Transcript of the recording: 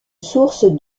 source